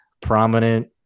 prominent